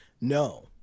No